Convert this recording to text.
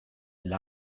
las